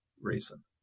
reason